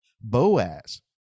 Boaz